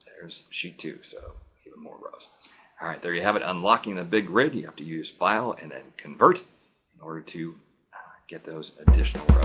there's sheet two so, you have more rows. all right, there you have it. unlocking the big grid, you have to use file and then convert in order to get those additional